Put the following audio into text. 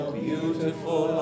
beautiful